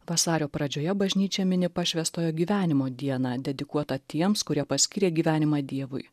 vasario pradžioje bažnyčia mini pašvęstojo gyvenimo dieną dedikuotą tiems kurie paskiria gyvenimą dievui